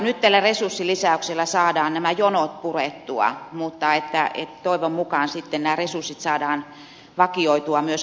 nyt tällä resurssilisäyksellä saadaan nämä jonot purettua mutta toivon mukaan sitten nämä resurssit saadaan vakioitua myöskin tulevaisuuteen